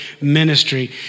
ministry